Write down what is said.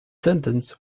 sentence